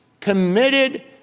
committed